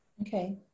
Okay